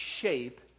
shape